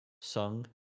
sung